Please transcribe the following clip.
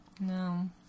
No